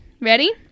Ready